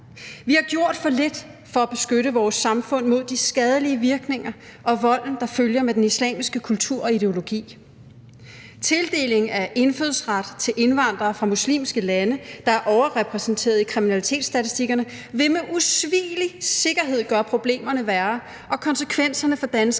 Vi har gjort for lidt for at beskytte vores samfund mod de skadelige virkninger og volden, der følger med den islamiske kultur og ideologi. Tildeling af indfødsret til indvandrere fra muslimske lande, der er overrepræsenteret i kriminalitetsstatistikkerne, vil med usvigelig sikkerhed gøre problemerne værre, og konsekvenserne for danskernes